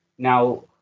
Now